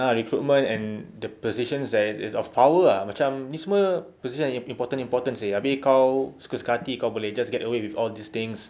ah recruitment and the position that is of power ah macam ni semua position important important seh abeh kau suka-suka hati kalau boleh just get away with all these things